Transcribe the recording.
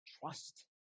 Trust